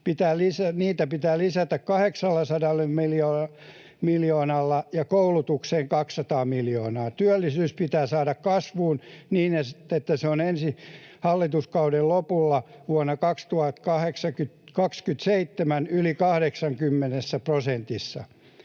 Niitä pitää lisätä 800 miljoonalla ja koulutukseen 200 miljoonaa. Työllisyys pitää saada kasvuun niin, että se on ensi hallituskauden lopulla vuonna 2027 yli 80 prosentissa.